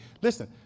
Listen